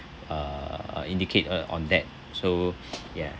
uh indicate uh on that so ya